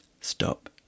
Stop